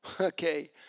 Okay